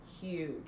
huge